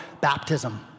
baptism